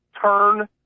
turn